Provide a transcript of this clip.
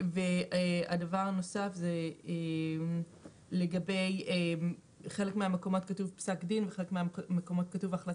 הדבר הנוסף: בחלק מהמקומות כתוב "פסק דין" ובחלקם "החלטה".